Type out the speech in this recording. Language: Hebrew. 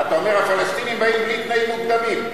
אתה אומר שהפלסטינים באים בלי תנאים מוקדמים.